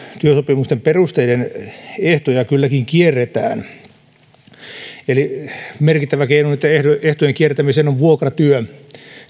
työsopimusten perusteiden ehtoja kylläkin kierretään merkittävä keino niitten ehtojen kiertämiseen on vuokratyö